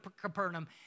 Capernaum